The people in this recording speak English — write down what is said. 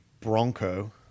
Bronco